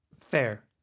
Fair